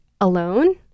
alone